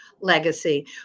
legacy